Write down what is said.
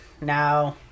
now